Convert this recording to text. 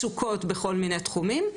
מצוקות בכל מיני תחומים,